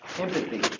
empathy